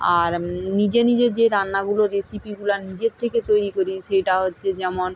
আর নিজে নিজে যে রান্নাগুলো রেসিপিগুলো নিজে থেকে তৈরি করি সেটা হচ্ছে যেমন